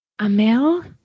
Amel